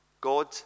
God